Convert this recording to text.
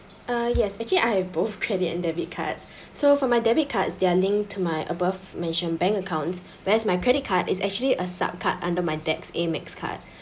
uh yes actually I have both credit and debit cards so for my debit cards they're linked to my above mentioned bank accounts where as my credit card is actually a sub card under my dad's AMEX card